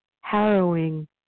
harrowing